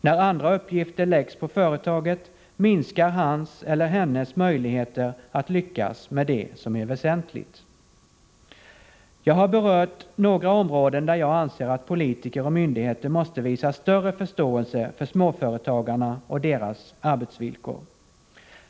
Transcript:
När andra uppgifter läggs på företaget minskar hans eller hennes möjligheter att lyckas med det som är väsentligt. Jag har berört några områden där jag anser att politiker och myndigheter måste visa större förståelse för småföretagarna och deras arbetsvillkor.